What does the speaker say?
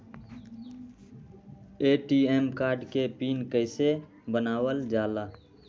ATM card के pin कैसे बनावल जाला?